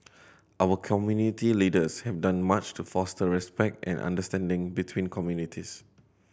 our community leaders have done much to foster respect and understanding between communities